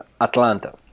Atlanta